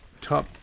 top